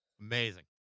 Amazing